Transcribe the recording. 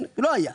לא היה.